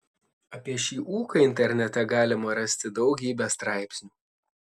apie šį ūką internete galima rasti daugybę straipsnių